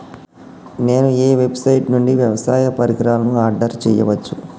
నేను ఏ వెబ్సైట్ నుండి వ్యవసాయ పరికరాలను ఆర్డర్ చేయవచ్చు?